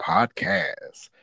Podcast